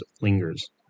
lingers